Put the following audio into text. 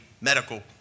medical